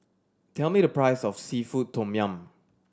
tell me the price of seafood tom yum